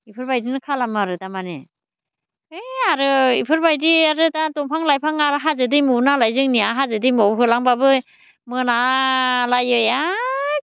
बेफोरबायदिनो खालामो आरो थारमाने है आरो बेफोरबायदि आरो दा दंफां लाइफां आरो हाजो दैमुनालाय जोंनिया हाजो दैमुआव होलांबाबो मोनालायो एखे